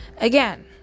Again